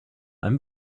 einem